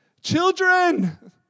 Children